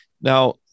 Now